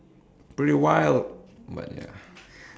pretty wild but ya